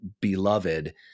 beloved